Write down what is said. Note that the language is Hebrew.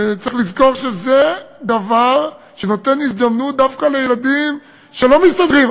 צריך לזכור שזה דבר שנותן הזדמנות דווקא לילדים שלא מסתדרים,